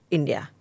India